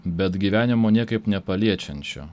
bet gyvenimo niekaip nepaliečiančio